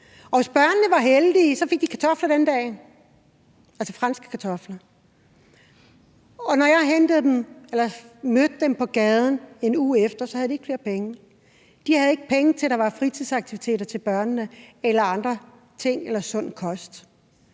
sig. Hvis børnene var heldige, fik de kartofler den dag – altså franske kartofler. Når jeg mødte dem på gaden en uge efter, havde de ikke flere penge. De havde ikke penge til fritidsaktiviteter til børnene eller andre ting eller sund kost.